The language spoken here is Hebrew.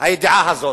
הידיעה הזאת,